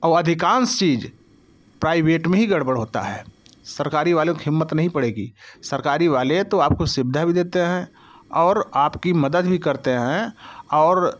और अधिकांश चीज़ प्राइवेट में ही गड़बड़ होता है सरकारी वाले को हिम्मत नहीं पड़ेगी सरकारी वाले तो आपको सुविधा भी देते हैं और आपकी मदद भी करते हैं और